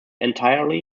entirely